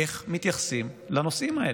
איך מתייחסים לנושאים האלה.